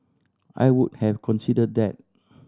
I would have considered that